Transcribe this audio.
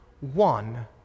one